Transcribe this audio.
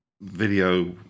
video